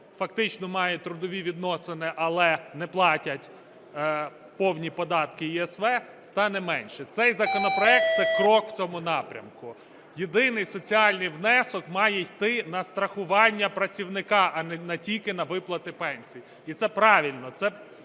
фактично має трудові відносини, але не платять повні податки і ЄСВ, стане менше. Цей законопроект – це крок у цьому напрямку. Єдиний соціальний внесок має йти на страхування працівника, а не тільки на виплати пенсій. І це правильно.